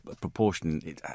proportion